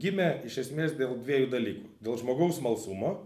gimė iš esmės dėl dviejų dalykų dėl žmogaus smalsumo